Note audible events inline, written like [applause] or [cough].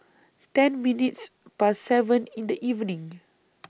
ten minutes Past seven in The evening [noise]